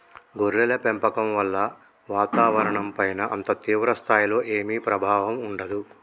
గొర్రెల పెంపకం వల్ల వాతావరణంపైన అంత తీవ్ర స్థాయిలో ఏమీ ప్రభావం ఉండదు